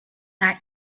that